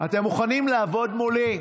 אתם מוכנים לעבוד מולי?